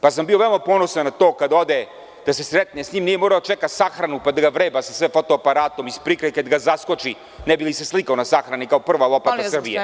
Bio sam veoma ponosan na to kada ode kada se sretne sa njim, nije morao da čeka sahranu pa da ga vreba sa sve foto-aparatom iz prikrajka da ga zaskoči ne bi li se slikao na sahrani kao prva lopata Srbije.